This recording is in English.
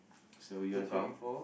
so you want to count